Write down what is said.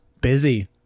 Busy